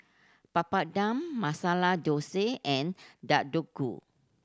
Papadum Masala Dosa and Deodeok Gui